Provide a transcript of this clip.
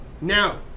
Now